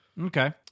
Okay